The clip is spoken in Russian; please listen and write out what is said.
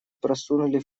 просунули